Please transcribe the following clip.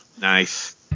Nice